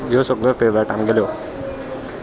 ह्यो सगळ्यो फेवरेट आम गेल्यो